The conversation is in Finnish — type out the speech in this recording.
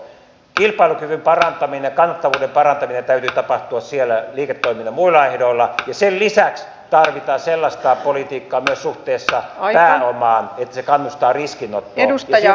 kilpailukyvyn parantamisen ja kannattavuuden parantamisen täytyy tapahtua siellä liiketoiminnan muilla ehdoilla ja sen lisäksi tarvitaan sellaista politiikkaa myös suhteessa pääomaan että se kannustaa riskinottoon ja siltä te olette viemässä pohjaa pois